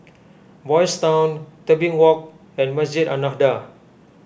Boys' Town Tebing Walk and Masjid An Nahdhah